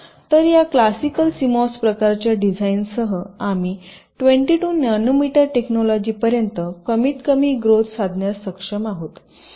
तर या classical CMOS प्रकारच्या डिझाइनसह आम्ही 22 नॅनोमीटर टेकनॉलॉजिपर्यंत कमीतकमी ग्रोथ साधण्यास सक्षम आहोत